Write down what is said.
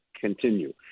continue